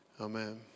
amen